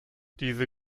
diese